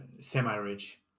semi-rich